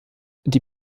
die